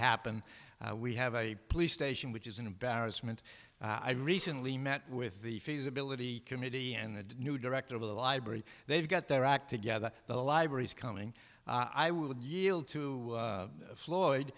happen we have a police station which is an embarrassment i recently met with the feasibility committee and the new director of the library they've got their act together the library is coming i would yield to floyd